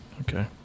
Okay